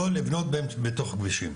לא לבנות בתוך כבישים.